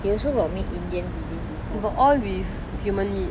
they also got make indian cuisine before